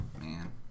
man